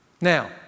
Now